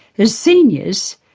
as seniors,